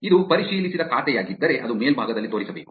ಇದು ಪರಿಶೀಲಿಸಿದ ಖಾತೆಯಾಗಿದ್ದರೆ ಅದು ಮೇಲ್ಭಾಗದಲ್ಲಿ ತೋರಿಸಬೇಕು